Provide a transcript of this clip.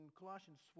Colossians